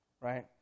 right